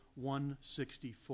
164